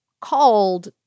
called